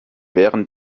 während